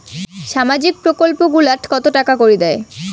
সামাজিক প্রকল্প গুলাট কত টাকা করি দেয়?